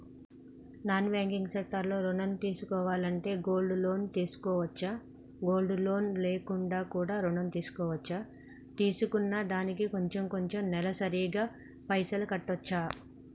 Non banking sector లో ఋణం తీసుకోవాలంటే గోల్డ్ లోన్ పెట్టుకోవచ్చా? గోల్డ్ లోన్ లేకుండా కూడా ఋణం తీసుకోవచ్చా? తీసుకున్న దానికి కొంచెం కొంచెం నెలసరి గా పైసలు కట్టొచ్చా?